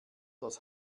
das